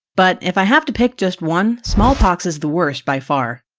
but, if i have to pick just one, smallpox is the worst by far.